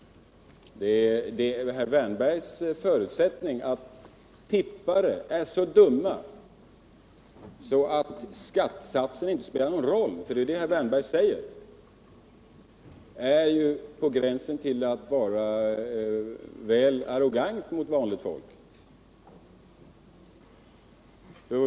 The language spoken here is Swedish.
Herr Wärnbergs förutsättning att tippare är så dumma att skattesatsen inte spelar någon roll — det är ju det herr Wärnberg säger — är på gränsen till att vara väl arrogant mot vanligt folk.